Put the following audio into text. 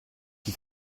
chi